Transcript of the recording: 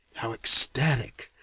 how ecstatic,